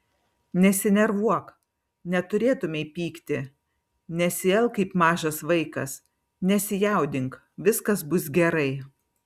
nesinervuok neturėtumei pykti nesielk kaip mažas vaikas nesijaudink viskas bus gerai